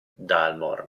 dalmor